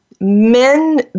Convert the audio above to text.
men